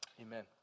Amen